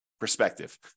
Perspective